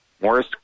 Morris